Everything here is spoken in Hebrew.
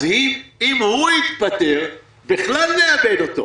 אז אם הוא יתפטר, בכלל נאבד אותו,